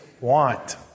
want